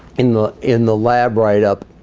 in the in the lab write-up,